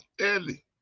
early